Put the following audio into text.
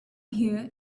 here